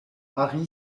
ari